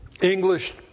English